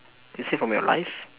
is this from your life